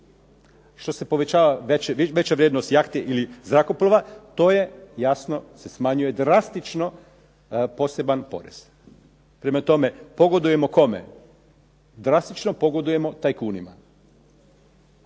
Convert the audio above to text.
Što se povećava veća vrijednost jahti ili zrakoplova to je jasno se smanjuje drastično poseban porez. Prema tome, pogodujemo kome? Drastično pogodujemo tajkunima.